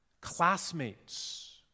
classmates